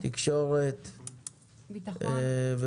בטחון, שהיה גמיש והלך אתכם.